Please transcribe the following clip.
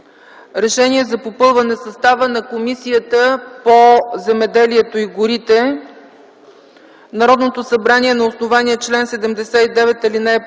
„РЕШЕНИЕ за попълване състава на Комисията по земеделието и горите. Народното събрание, на основание чл. 79, ал.